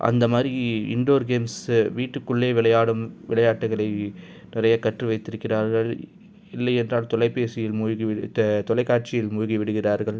அந்தமாதிரி indoor games வீட்டுக்குள்ளே விளையாடும் விளையாட்டுக்களை நிறைய கற்று வைத்திருக்கிறார்கள் இல்லையென்றால் தொலைபேசியில் மூழ்கி விடு தொலைக்காட்சியில் மூழ்கி விடுகிறார்கள்